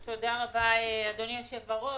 תודה רבה, אדוני היושב-ראש.